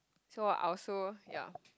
so I also ya